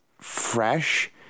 fresh